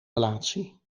relatie